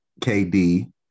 KD